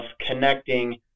connecting